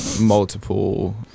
multiple